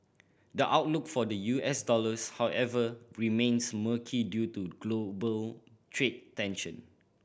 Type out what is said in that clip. the outlook for the U S dollars however remains murky due to global trade tension